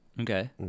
Okay